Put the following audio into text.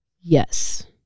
Yes